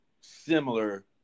similar